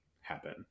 happen